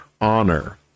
honor